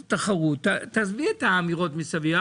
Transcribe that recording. תעזבי את האמירות מסביב.